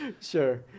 Sure